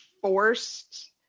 forced